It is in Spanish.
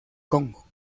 congo